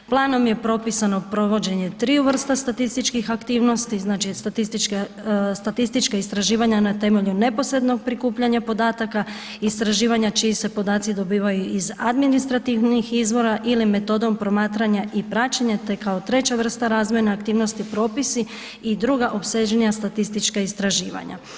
Planom je propisano provođenje triju vrsta statističkih aktivnosti, znači statistička istraživanja na temelju neposrednog prikupljanja podataka, istraživanja čiji se podaci dobivaju iz administrativnih izvora ili metodom promatranja i praćenja te kao treća vrsta razvojne aktivnosti propisi i druga opsežnija statistička istraživanja.